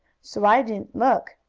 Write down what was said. so i didn't look.